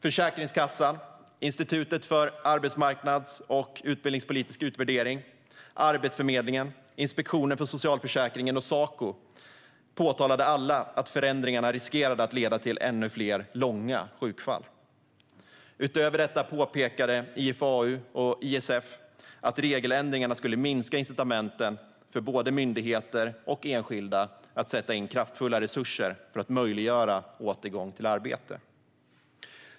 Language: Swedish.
Försäkringskassan, Institutet för arbetsmarknads och utbildningspolitisk utvärdering, Arbetsförmedlingen, Inspektionen för socialförsäkringen och Saco påtalade alla att förändringarna riskerade att leda till ännu fler långa sjukfall. Utöver detta påpekade IFAU och ISF att regeländringarna skulle minska incitamenten för både myndigheter och enskilda att låta kraftfulla resurser sättas in för att möjliggöra återgång till arbete.